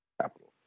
Capital